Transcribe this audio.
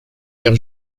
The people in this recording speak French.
père